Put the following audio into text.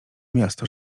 miasto